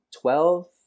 twelve